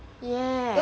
yes